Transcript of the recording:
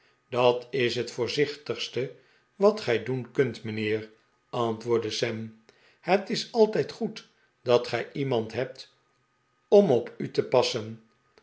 dat is het voorzichtigste wat gij doen kunt mijnheer antwoordde sam het is altijd goed dat gij iemand hebt om op u te passen